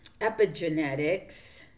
epigenetics